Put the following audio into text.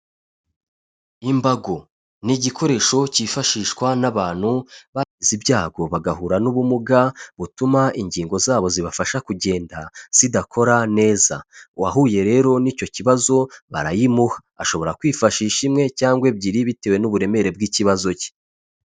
Imbago ni igikoresho kifashishwa n'abantu bagize ibyago bagahura n'ubumuga, butuma ingingo zabo zibafasha kugenda zidakora neza, uwahuye rero n'icyo kibazo barayimuha, ashobora kwifashisha imwe cyangwa ebyiri bitewe n'uburemere bw'ikibazo cye.